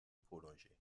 prolongée